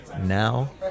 Now